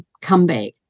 comeback